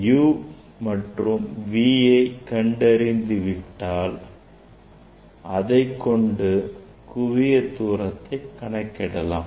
u மற்றும் v ஐ கண்டறிந்துவிட்டால் அதைக்கொண்டு குவிய தூரத்தை கணக்கிடலாம்